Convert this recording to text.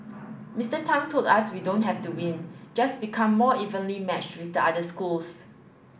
Mister Tang told us we don't have to win just become more evenly matched with the other schools